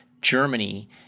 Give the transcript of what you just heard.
Germany